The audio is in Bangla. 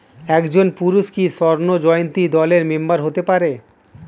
একজন পুরুষ কি স্বর্ণ জয়ন্তী দলের মেম্বার হতে পারে?